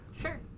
Sure